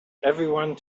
everyone